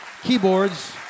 keyboards